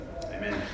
Amen